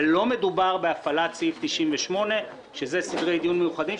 ולא מדובר בהפעלת סעיף 98 שזה סדרי דיון מיוחדים,